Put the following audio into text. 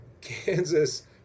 kansas